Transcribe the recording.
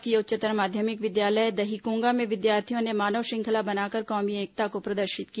शासकीय उच्चतर माध्यमिक विद्यालय दहीकोंगा में विद्यार्थियों ने मानव श्रंखला बनाकर कौमी एकता को प्रदर्शित किया